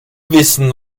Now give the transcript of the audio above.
wissen